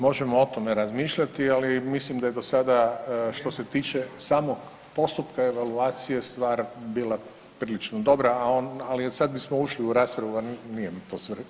Možemo o tome razmišljati, ali mislim da je do sada što se tiče samog postupka evaluacije stvar bila prilično dobra, ali sad bismo ušli u raspravu, a nije mi to svrha.